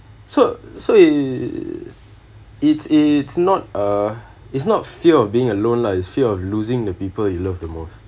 so so it's it's it’s not uh it's not fear of being alone lah is fear of losing the people you love the most